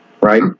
right